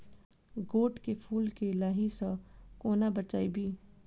गोट केँ फुल केँ लाही सऽ कोना बचाबी?